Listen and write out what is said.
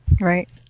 Right